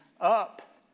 up